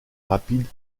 rapide